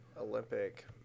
Olympic